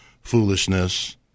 foolishness